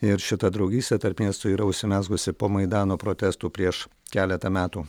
ir šita draugystė tarp miestų yra užsimezgusi po maidano protestų prieš keletą metų